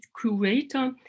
curator